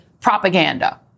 propaganda